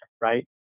right